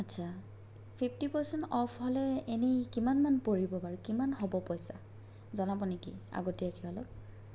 আচ্ছা fifty percent off হ'লে এনেই কিমানমান পৰিব বাৰু কিমান হ'ব পইচা জনাব নেকি আগতীয়াকৈ অলপ